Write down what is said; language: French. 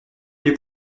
les